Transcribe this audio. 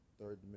third